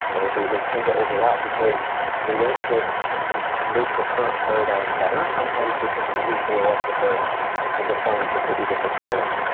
right? they they tend to overlap, because they don't just make the current paradigm better. sometimes they completely blow up the paradigm and define a completely different paradigm.